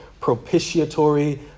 propitiatory